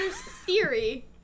theory